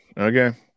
Okay